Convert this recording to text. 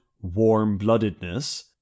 warm-bloodedness